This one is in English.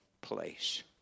place